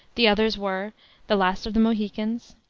the others were the last of the mohicans,